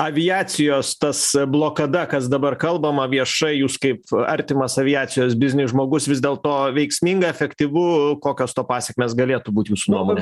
aviacijos tas blokada kas dabar kalbama viešai jūs kaip artimas aviacijos bizniui žmogus vis dėl to veiksminga efektyvu kokios to pasekmės galėtų būt jūsų nuomone